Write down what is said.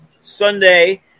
Sunday